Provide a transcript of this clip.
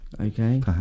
Okay